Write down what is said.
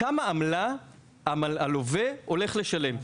כמה עמלה הלווה הולך לשלם.